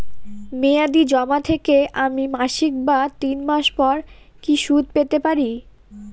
মেয়াদী জমা থেকে আমি মাসিক বা তিন মাস পর কি সুদ পেতে পারি?